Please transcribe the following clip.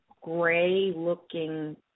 gray-looking